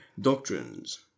Doctrines